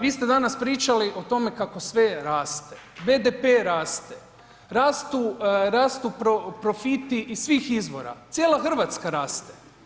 Vi ste danas pričali o tome kako sve raste, BDP raste, rastu profiti iz svih izvora, cijela Hrvatska raste.